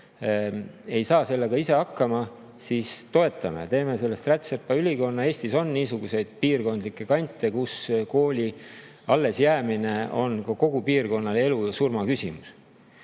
ise sellega hakkama, siis toetame neid, teeme rätsepaülikonna. Eestis on niisuguseid kante, kus kooli allesjäämine on kogu piirkonnale elu ja surma küsimus.